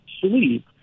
sleep